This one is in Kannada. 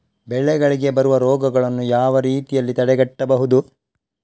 ಬೆಳೆಗಳಿಗೆ ಬರುವ ರೋಗಗಳನ್ನು ಯಾವ ರೀತಿಯಲ್ಲಿ ತಡೆಗಟ್ಟಬಹುದು?